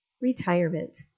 Retirement